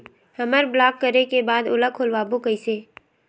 हमर ब्लॉक करे के बाद ओला खोलवाबो कइसे?